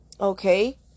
Okay